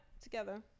together